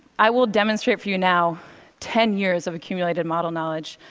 i will demonstrate for you now ten years of accumulated model knowledge,